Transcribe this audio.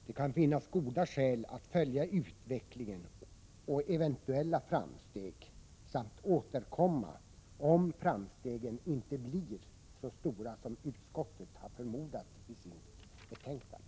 Det kan finnas goda skäl att följa utvecklingen och eventuella framsteg samt återkomma om framstegen inte blir så stora som utskottet har förmodat i sitt betänkande.